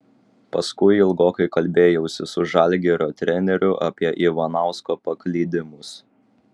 paskui ilgokai kalbėjausi su žalgirio treneriu apie ivanausko paklydimus